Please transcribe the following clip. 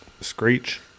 Screech